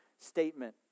statement